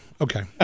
Okay